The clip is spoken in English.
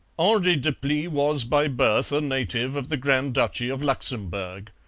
henri deplis was by birth a native of the grand duchy of luxemburg.